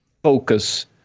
focus